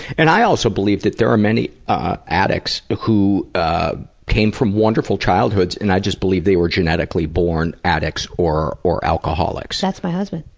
and i also believe that there are many ah addicts who came from wonderful childhoods and i just believe they were genetically born addicts or or alcoholics. that's my husband.